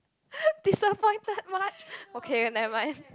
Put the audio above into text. disappointed much okay never mind